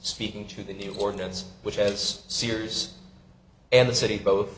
speaking to the ordinance which has sears and the city both